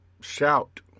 shout